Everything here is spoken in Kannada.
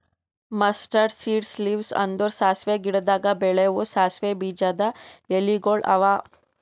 ಮಸ್ಟರಡ್ ಸೀಡ್ಸ್ ಲೀವ್ಸ್ ಅಂದುರ್ ಸಾಸಿವೆ ಗಿಡದಾಗ್ ಬೆಳೆವು ಸಾಸಿವೆ ಬೀಜದ ಎಲಿಗೊಳ್ ಅವಾ